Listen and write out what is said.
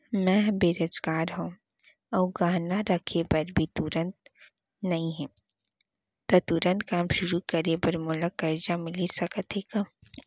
मैं ह बेरोजगार हव अऊ गहना रखे बर भी तुरंत नई हे ता तुरंत काम शुरू करे बर मोला करजा मिलिस सकत हे का?